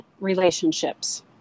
relationships